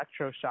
electroshock